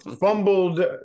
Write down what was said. fumbled